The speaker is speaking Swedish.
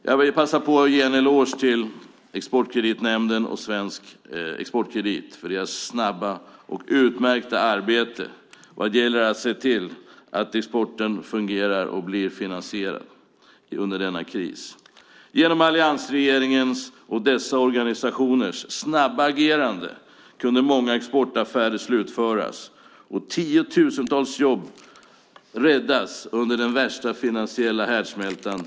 Jag vill passa på att ge en eloge till Exportkreditnämnden och Svensk Exportkredit för deras snabba och utmärkta arbete när det gäller att se till att exporten fungerar och blir finansierad under denna kris. Genom alliansregeringens och dessa organisationers snabba agerande kunde många exportaffärer slutföras och tiotusentals jobb räddas under den värsta finansiella härdsmältan.